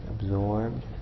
absorbed